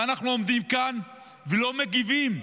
ואנחנו עומדים כאן ולא מגיבים.